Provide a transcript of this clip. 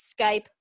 Skype